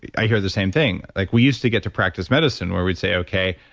i hear the same thing. like, we used to get to practice medicine where we'd say, okay,